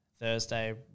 Thursday